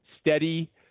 steady